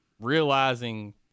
realizing